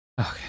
Okay